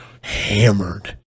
hammered